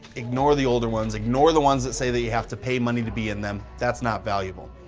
ignore the older ones, ignore the ones that say that you have to pay money to be in them, that's not valuable.